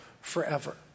forever